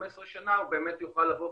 15 שנה הוא באמת יוכל להתחרות,